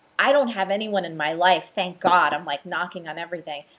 i don't have anyone in my life, thank god. i'm like knocking on everything.